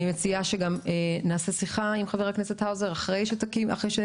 אני מציעה שנעשה שיחה עם חבר הכנסת האוזר אחרי שתגיעו